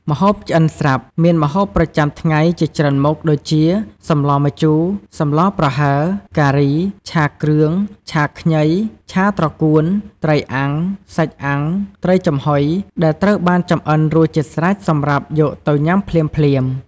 ម្ហូបឆ្អិនស្រាប់ មានម្ហូបប្រចាំថ្ងៃជាច្រើនមុខ ដូចជា សម្លម្ជូរ សម្លរប្រហើរ ការី ឆាគ្រឿង ឆាខ្ញី ឆាត្រកួន ត្រីអាំង សាច់អាំង ត្រីចំហុយ ដែលត្រូវបានចម្អិនរួចជាស្រេចសម្រាប់យកទៅញ៉ាំភ្លាមៗ។